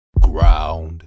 ground